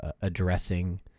addressing